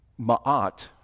Ma'at